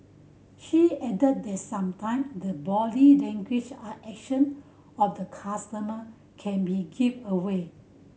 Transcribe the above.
she added that sometime the body language and action of the customer can be giveaway